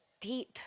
deep